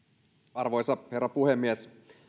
arvoisa herra puhemies